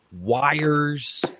wires